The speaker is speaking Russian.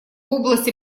области